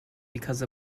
because